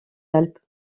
alpes